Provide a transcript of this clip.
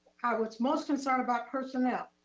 i was most concerned about personnel.